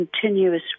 continuous